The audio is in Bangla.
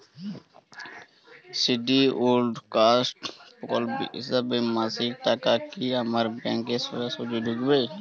শিডিউলড কাস্ট প্রকল্পের হিসেবে মাসিক টাকা কি আমার ব্যাংকে সোজাসুজি ঢুকবে?